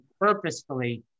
purposefully